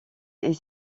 est